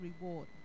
reward